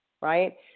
right